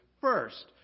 first